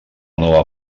nova